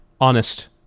honest